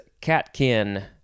catkin